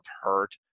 hurt